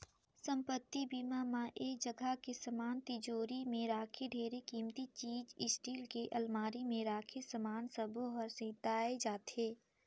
संपत्ति बीमा म ऐ जगह के समान तिजोरी मे राखे ढेरे किमती चीच स्टील के अलमारी मे राखे समान सबो हर सेंइताए जाथे